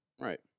Right